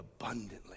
abundantly